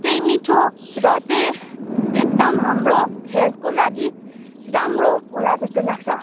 त्यही मिठो र त्यही एकदम हाम्रो हेल्थको लागि राम्रो होला जस्तो लाग्छ